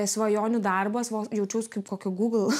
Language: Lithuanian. svajonių darbas jaučiausi kaip kokių google